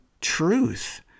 truth